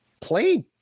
played